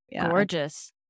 Gorgeous